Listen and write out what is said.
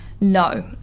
No